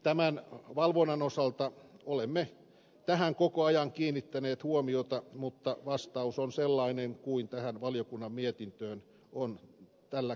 tämän valvonnan osalta olemme tähän koko ajan kiinnittäneet huomiota mutta vastaus on sellainen kuin tähän valiokunnan mietintöön on tällä kertaa kirjoitettu